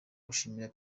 gushimira